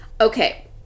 Okay